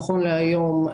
נכון להיום,